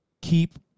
keep